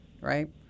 right